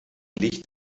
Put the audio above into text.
licht